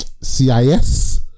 CIS